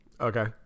Okay